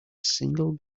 single